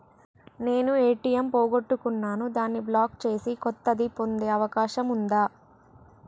నేను ఏ.టి.ఎం పోగొట్టుకున్నాను దాన్ని బ్లాక్ చేసి కొత్తది పొందే అవకాశం ఉందా?